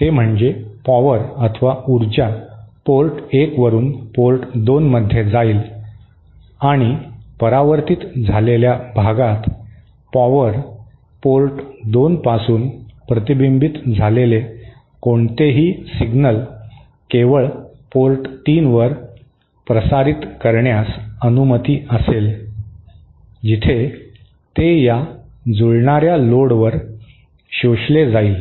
ते म्हणजे पॉवर अथवा ऊर्जा पोर्ट 1 वरून पोर्ट 2 मध्ये जाईल आणि परावर्तीत झालेल्या भागात पॉवर पोर्ट 2 पासून प्रतिबिंबित झालेले कोणतेही सिग्नल केवळ पोर्ट 3 वर प्रसारित करण्यास अनुमती असेल जिथे ते या जुळणाऱ्या लोडवर शोषले जाईल